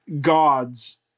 gods